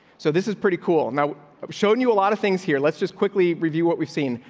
so this is pretty cool now showing you a lot of things here. let's just quickly review what we've seen.